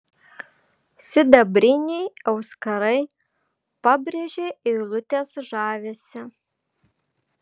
sidabriniai auskarai pabrėžė eilutės žavesį